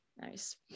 nice